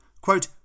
Quote